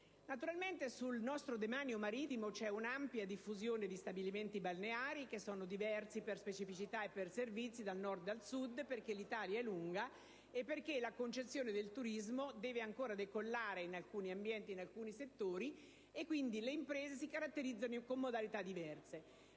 europeo. Sul nostro demanio marittimo c'è un'ampia diffusione di stabilimenti balneari che sono diversi per specificità e per servizi da Nord a Sud, perché l'Italia è lunga e perché la concezione del turismo deve ancora decollare in alcuni ambienti e in alcuni settori, e quindi le imprese si caratterizzano con modalità diverse.